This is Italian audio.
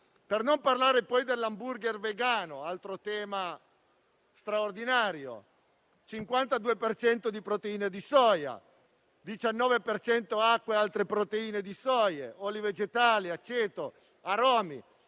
Per non parlare, poi, dell'hamburger vegano, altro tema straordinario: 52 per cento di proteine di soia, 19 per cento di acqua e altre proteine di soia, oli vegetali, aceto, aromi.